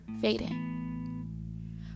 fading